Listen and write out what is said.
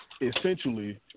essentially